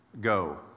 Go